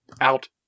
Out